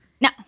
No